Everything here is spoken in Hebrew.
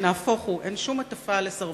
נהפוך הוא, אין כאן שום הטפה לסרבנות.